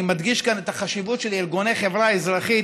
אני מדגיש את החשיבות של ארגוני חברה אזרחית,